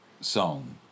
song